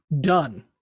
done